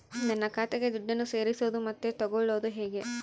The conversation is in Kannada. ನನ್ನ ಖಾತೆಗೆ ದುಡ್ಡನ್ನು ಸೇರಿಸೋದು ಮತ್ತೆ ತಗೊಳ್ಳೋದು ಹೇಗೆ?